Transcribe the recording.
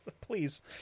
Please